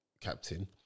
captain